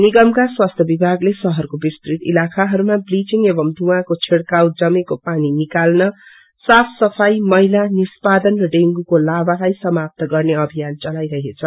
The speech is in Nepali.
निगमका स्वास्थ्य विभागले शहरको विस्तृत ईलाकाहस्तमा ब्विलिङ एवमं युँवाको छिकाव जमेको पानी निकाल्न साफ सफाई मैला निस्पादन र ड्रेंगूको लार्भा लाई समाप्त गर्ने अभियान चलाईरहेछ